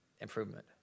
improvement